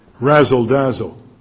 razzle-dazzle